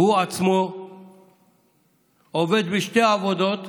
והוא עצמו עובד בשתי עבודות